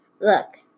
Look